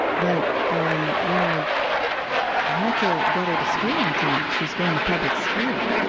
but um when i had to get her to school on time, because she was going to public school,